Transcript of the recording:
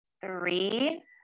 three